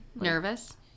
Nervous